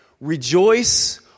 Rejoice